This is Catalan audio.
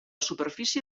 superfície